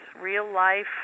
real-life